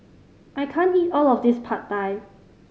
I can't eat all of this Pad Thai